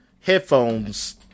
headphones